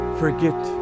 forget